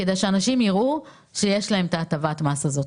כדי שאנשים יראו שיש להם את הטבת המס הזאת.